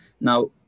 Now